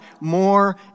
more